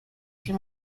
się